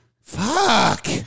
Fuck